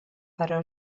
però